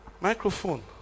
Microphone